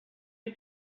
you